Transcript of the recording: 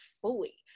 fully